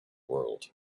world